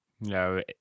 No